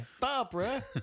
barbara